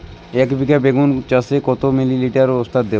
একবিঘা বেগুন চাষে কত মিলি লিটার ওস্তাদ দেবো?